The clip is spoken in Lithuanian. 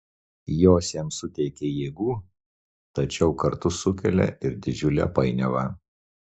jos jam suteikia jėgų tačiau kartu sukelia ir didžiulę painiavą